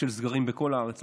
בשל סגרים בכל הארץ,